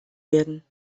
werden